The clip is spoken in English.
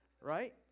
Right